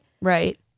right